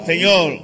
Señor